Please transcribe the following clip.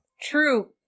true